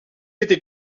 été